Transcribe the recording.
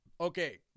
Okay